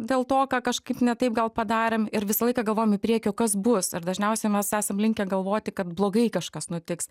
dėl to ką kažkaip ne taip gal padarėm ir visą laiką galvojam į priekį o kas bus ir dažniausiai mes esam linkę galvoti kad blogai kažkas nutiks